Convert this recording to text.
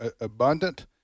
abundant